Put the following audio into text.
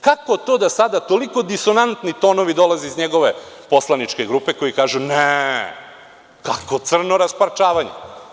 Kako to da sada toliko disonantni tonovi dolaze iz njegove poslaničke grupe koji kažu – ne, kakvo crno rasparčavanje?